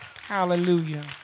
Hallelujah